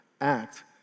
act